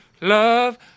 love